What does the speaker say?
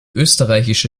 österreichische